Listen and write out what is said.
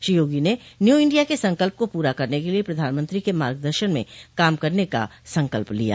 श्री योगी ने new India के संकल्प को पूरा करने के लिए प्रधानमंत्री के मार्ग दर्शन में कार्य करने का संकल्प लिया